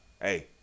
hey